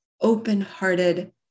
open-hearted